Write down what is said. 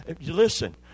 listen